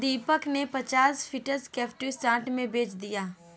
दीपक ने पचास फीसद क्रिप्टो शॉर्ट में बेच दिया